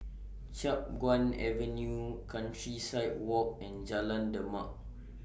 Chiap Guan Avenue Countryside Walk and Jalan Demak